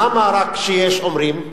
למה רק כשיש אומרים?